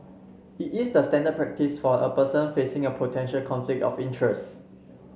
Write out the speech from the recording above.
it is the standard practice for a person facing a potential conflict of interest